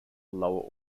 lower